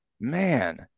man